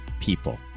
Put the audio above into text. people